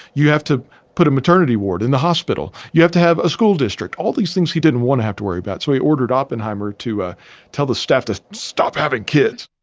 you have to put a maternity ward in the hospital, you have to have a school district. all these things he didn't want to have to worry about. so he ordered oppenheimer to ah tell the staff to stop having kids